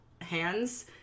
hands